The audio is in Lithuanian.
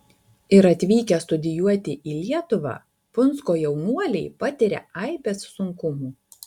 ir atvykę studijuoti į lietuvą punsko jaunuoliai patiria aibes sunkumų